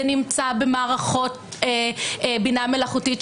זה נמצא במערכות בינה מלאכותית,